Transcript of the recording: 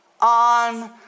on